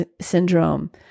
syndrome